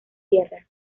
tierra